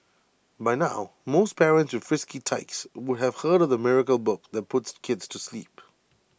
by now most parents with frisky tykes would have heard of the miracle book that puts kids to sleep